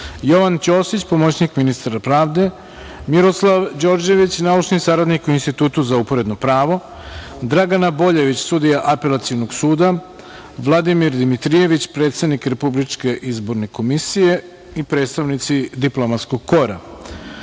Jovan Ćosić, pomoćnik ministra pravde, Miroslav Đorđević, naučni saradnik u Institutu za uporedno pravo, Dragana Boljević, sudija Apelacionog suda, Vladimir Dimitrijević, predsednik Republičke izborne komisije i predstavnici diplomatskog